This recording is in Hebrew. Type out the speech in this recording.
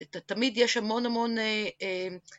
‫תמיד יש המון המון...